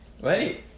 Wait